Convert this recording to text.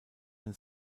ein